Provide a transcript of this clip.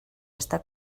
està